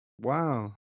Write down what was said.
Wow